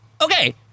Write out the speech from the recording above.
Okay